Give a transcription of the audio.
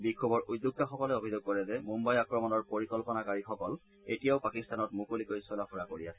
বিক্ষোভৰ উদ্যোক্তাসকলে অভিযোগ কৰে যে মুম্বাই আক্ৰমণৰ পৰিকল্পনাকাৰীসকল এতিয়াও পাকিস্তানত মুকলিকৈ চলা ফুৰা কৰি আছে